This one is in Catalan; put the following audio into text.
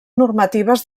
normatives